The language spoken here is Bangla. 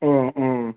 ও ও